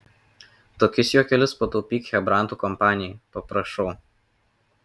tokius juokelius pataupyk chebrantų kompanijai paprašau